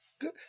Good